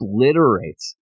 obliterates